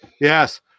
Yes